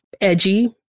edgy